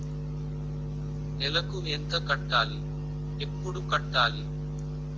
నెలకు ఎంత కట్టాలి? ఎప్పుడు కట్టాలి?